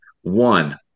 one